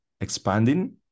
expanding